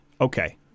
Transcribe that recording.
Okay